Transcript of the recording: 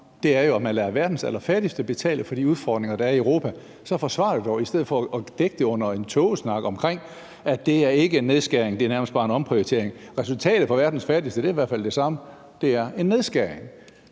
Det er jo, at man lader verdens allerfattigste betale for de udfordringer, der er i Europa. Så forsvar det dog i stedet for at dække det ind under en tågesnak omkring, at det ikke er en nedskæring, men at det nærmest bare er en omprioritering. Resultatet for verdens fattigste er i hvert fald det samme; det er en nedskæring.